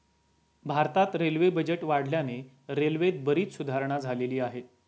भारतात railway budget वाढल्याने रेल्वेत बरीच सुधारणा झालेली आहे